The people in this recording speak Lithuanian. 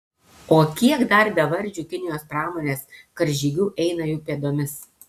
o kiek dar bevardžių kinijos pramonės karžygių eina jų pėdomis